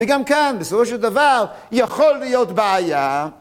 וגם כאן בסופו של דבר יכול להיות בעיה...